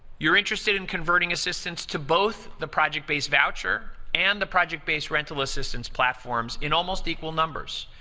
you're interested in converting assistance to both the project-based voucher and the project-based rental assistance platforms in almost equal numbers.